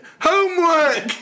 Homework